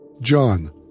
John